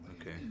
Okay